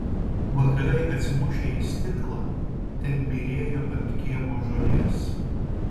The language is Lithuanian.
vakarai atsimušę į stiklą ten byrėjo ant kiemo žolės